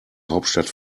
hauptstadt